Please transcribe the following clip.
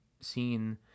seen